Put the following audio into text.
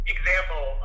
example